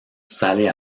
sale